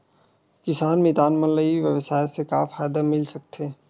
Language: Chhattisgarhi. किसान मितान मन ला ई व्यवसाय से का फ़ायदा मिल सकथे?